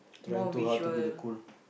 trying too hard to be the cool